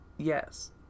Yes